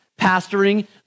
pastoring